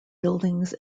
buildings